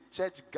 church